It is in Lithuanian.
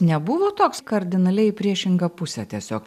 nebuvo toks kardinaliai priešingą pusę tiesiog